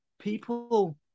people